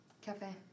Cafe